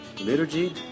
liturgy